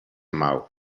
mao